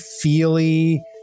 feely